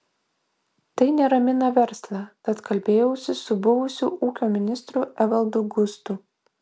tai neramina verslą tad kalbėjausi su buvusiu ūkio ministru evaldu gustu